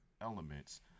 elements